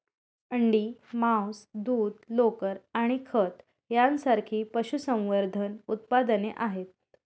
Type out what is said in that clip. अंडी, मांस, दूध, लोकर आणि खत यांसारखी पशुसंवर्धन उत्पादने आहेत